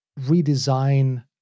redesign